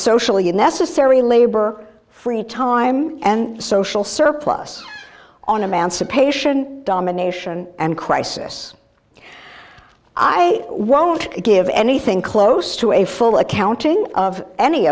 socially unnecessary labor free time and social surplus on emancipation domination and crisis i won't give anything close to a full accounting of any